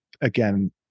again